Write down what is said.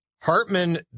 Hartman